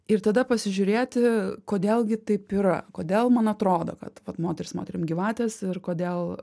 ir tada pasižiūrėti kodėl gi taip yra kodėl man atrodo kad vat moterys moterim gyvatės ir kodėl